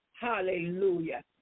hallelujah